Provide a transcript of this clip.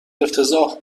افتضاح